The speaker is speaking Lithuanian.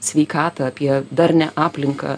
sveikatą apie darnią aplinką